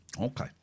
Okay